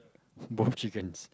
both chickens